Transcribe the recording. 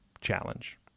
challenge